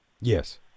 Yes